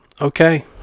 Okay